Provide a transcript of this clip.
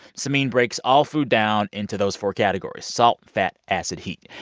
samin breaks all food down into those four categories salt, fat, acid, heat.